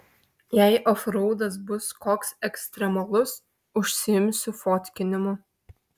jei ofraudas bus koks ekstremalus užsiimsiu fotkinimu